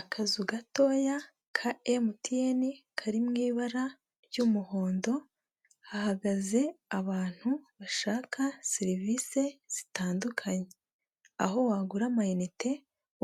Akazu gatoya ka MTN kari mu ibara ry'umuhondo, hahagaze abantu bashaka serivise zitandukanye. Aho wagura amayinite,